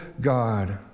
God